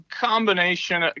combination